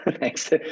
thanks